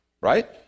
right